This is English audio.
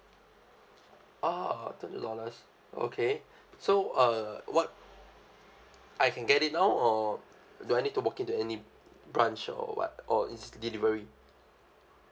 oh two hundred dollars okay so uh what I can get it now or do I need to walk into any branch or what or it's delivery